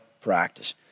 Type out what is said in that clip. practice